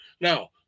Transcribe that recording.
Now